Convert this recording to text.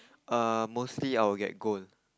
err mostly I will get gold